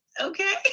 okay